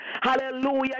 hallelujah